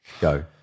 Go